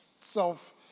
self